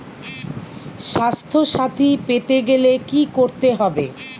স্বাস্থসাথী পেতে গেলে কি করতে হবে?